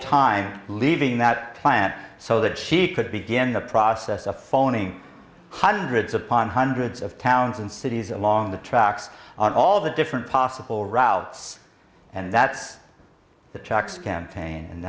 time leaving that plant so that she could begin the process of phoning hundreds upon hundreds of towns and cities along the tracks on all the different possible routes and that's that chuck's campaign and